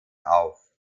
auf